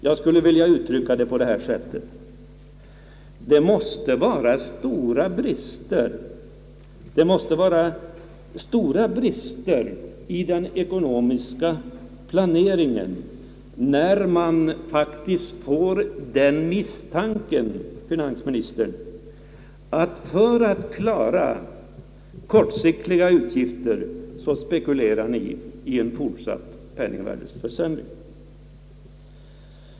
Jag skulle vilja uttrycka saken så här: Det måste vara stora brister i den ekonomiska planeringen när man får den misstanken, herr finansminister, att regeringen för att på kort sikt klara de statliga utgifterna spekulerar i en fortsatt penningvärdeförsämring.